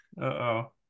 Uh-oh